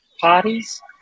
parties